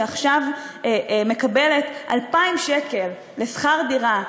שעכשיו מקבלת 2,000 שקל לשכר דירה,